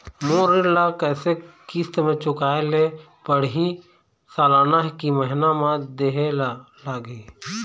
मोर ऋण ला कैसे किस्त म चुकाए ले पढ़िही, सालाना की महीना मा देहे ले लागही?